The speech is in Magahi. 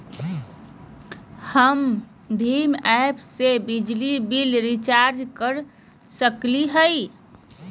हम भीम ऐप से बिजली बिल रिचार्ज कर सकली हई?